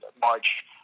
March